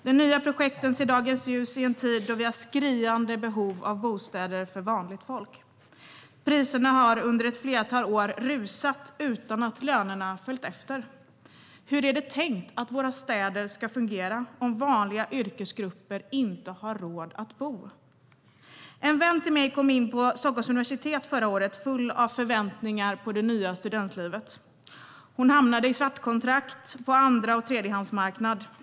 De nya projekten ser dagens ljus i en tid då vi har skriande behov av bostäder för vanligt folk. Priserna har under ett flertal år rusat utan att lönerna följt efter. Hur är det tänkt att våra städer ska fungera om vanliga yrkesgrupper inte har råd att bo? En vän till mig kom in på Stockholms universitet förra året full av förväntningar på det nya studentlivet. Hon hamnade i svartkontrakt och på andra och tredjehandsmarknad.